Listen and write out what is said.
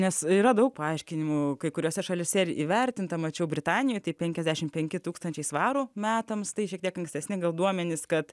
nes yra daug paaiškinimų kai kuriose šalyse ir įvertinta mačiau britanijoj tai penkiasdešim penki tūkstančiai svarų metams tai šiek tiek ankstesni duomenys kad